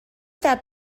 that